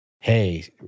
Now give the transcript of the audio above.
hey